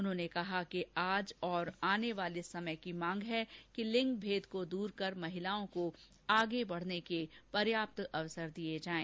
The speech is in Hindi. उन्होंने कहा कि आज और आने वाले समय की मांग है कि लिंग भेद को दूर कर महिलाओं को आगे बढने के पर्याप्त अवसर दिये जाये